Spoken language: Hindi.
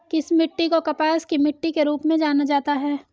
किस मिट्टी को कपास की मिट्टी के रूप में जाना जाता है?